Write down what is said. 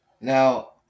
Now